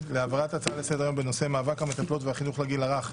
להעברת ההצעה לסדר-היום בנושא: "מאבק המטפלות והחינוך לגיל הרך",